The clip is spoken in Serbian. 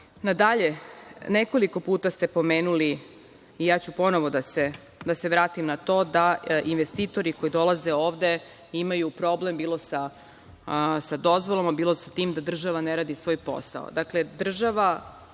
drugo. Nekoliko puta ste pomenuli i ja ću ponovo da se vratim na to, da investitori koji dolaze ovde imaju problem bilo sa dozvolama, bilo sa tim da država ne radi svoj posao.